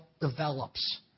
develops